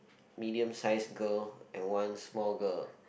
medium sized girl and one small girl